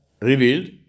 revealed